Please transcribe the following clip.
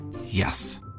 Yes